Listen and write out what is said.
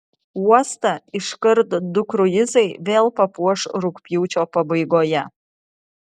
uostą iškart du kruizai vėl papuoš rugpjūčio pabaigoje